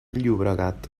llobregat